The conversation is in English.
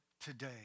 today